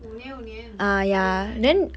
五年五年 five year five year